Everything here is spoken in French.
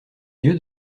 lieu